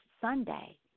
sunday